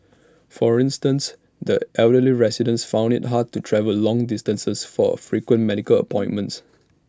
for instance the elderly residents found IT hard to travel long distances for frequent medical appointments